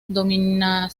mundial